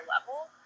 level